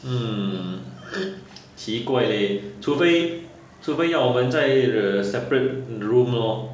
mm 奇怪 leh 除非除非要我们在 a separate room lor